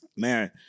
man